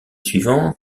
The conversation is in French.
suivant